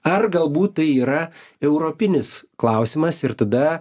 ar galbūt tai yra europinis klausimas ir tada